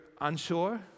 unsure